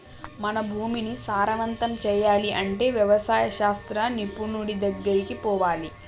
మన భూమిని సారవంతం చేయాలి అంటే వ్యవసాయ శాస్త్ర నిపుణుడి దెగ్గరికి పోవాలి